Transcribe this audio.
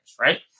right